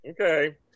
okay